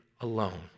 alone